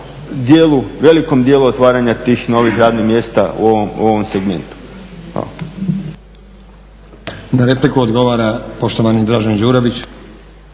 velikom dijelu otvaranja tih novih radnih mjesta u ovom segmentu.